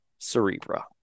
cerebra